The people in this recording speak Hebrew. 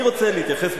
אני רוצה להתייחס,